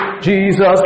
Jesus